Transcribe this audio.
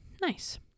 Nice